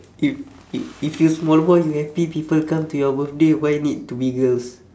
if if if you small boy you happy people come to your birthday why need to be girls